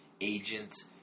agents